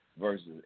versus